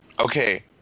okay